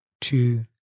two